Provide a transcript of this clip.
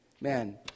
man